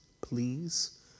please